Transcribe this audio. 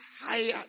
higher